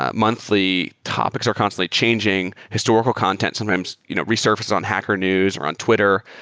ah monthly topics are constantly changing. historical content sometimes you know resurface on hacker news or on twitter.